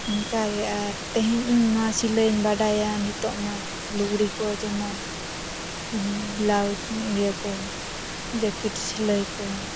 ᱚᱱᱠᱟᱜᱮ ᱟᱨ ᱛᱮᱦᱮᱧ ᱤᱧ ᱱᱚᱣᱟ ᱥᱤᱞᱟᱹᱭᱤᱧ ᱵᱟᱰᱟᱭᱟ ᱱᱤᱛᱳᱜᱼᱢᱟ ᱞᱩᱜᱽᱲᱤ ᱠᱚ ᱡᱮᱢᱚᱱ ᱵᱞᱟᱣᱩᱡᱽ ᱤᱭᱟᱹ ᱠᱚ ᱡᱟᱹᱠᱤᱴ ᱥᱤᱞᱟᱹᱭ ᱠᱚ